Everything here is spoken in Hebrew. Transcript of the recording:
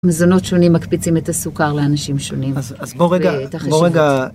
מזונות שונים מקפיצים את הסוכר לאנשים שונים. אז בוא רגע, בוא רגע.